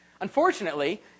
Unfortunately